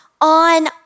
on